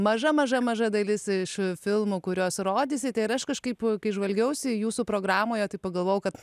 maža maža maža dalis iš filmų kuriuos rodysite ir aš kažkaip kai žvalgiausi jūsų programoje tai pagalvojau kad